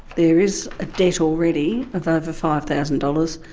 there is a debt already of over five thousand dollars,